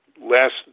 last